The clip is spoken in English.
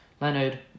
Leonard